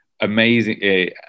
amazing